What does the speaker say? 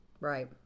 right